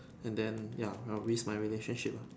and then ya with my relationship lah